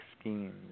schemes